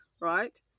right